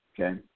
okay